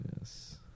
yes